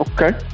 Okay